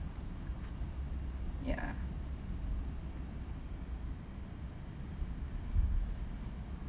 ya